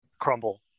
crumble